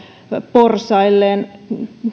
porsailleen